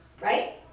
right